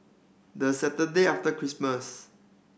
the Saturday after Christmas